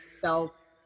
self